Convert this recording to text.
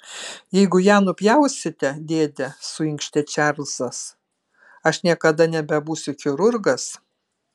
jeigu ją nupjausite dėde suinkštė čarlzas aš niekada nebebūsiu chirurgas